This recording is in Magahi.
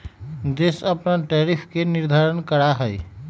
देश अपन टैरिफ के निर्धारण करा हई